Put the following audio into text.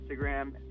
Instagram